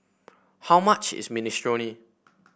how much is Minestrone